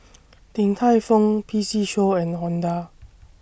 Din Tai Fung P C Show and Honda